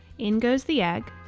in goes the egg,